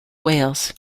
wales